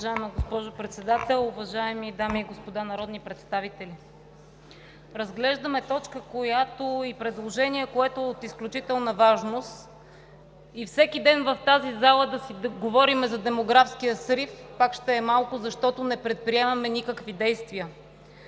Уважаема госпожо Председател, уважаеми дами и господа народни представители! Разглеждаме точка и предложение, които са от изключителна важност, и всеки ден в тази зала да говорим за демографския срив, пак ще е малко, защото не предприемаме никакви действия.